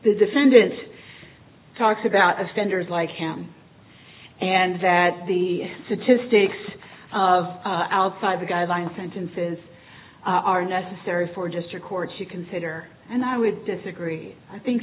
the defendant talks about offenders like him and that the statistics of outside the guideline sentences are necessary for just a court to consider and i would disagree i think